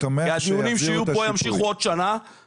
והדיונים שיהיו פה היום ימשיכו עוד שנה.